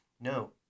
No